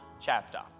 chapter